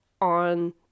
on